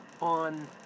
on